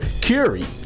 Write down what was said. Curie